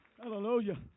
Hallelujah